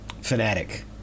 fanatic